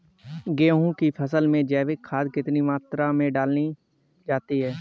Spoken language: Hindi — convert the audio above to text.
गेहूँ की फसल में जैविक खाद कितनी मात्रा में डाली जाती है?